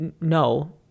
no